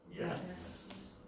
Yes